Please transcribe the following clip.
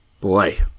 Boy